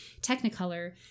technicolor